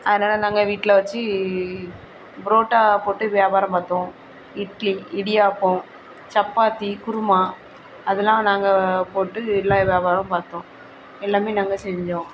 அதனாலே நாங்கள் வீட்டில் வச்சு ப்ரோட்டா போட்டு வியாபாரம் பார்த்தோம் இட்லி இடியாப்பம் சப்பாத்தி குருமா அதெலாம் நாங்கள் போட்டு எல்லா வியாபாரம் பார்த்தோம் எல்லாமே நாங்கள் செஞ்சோம்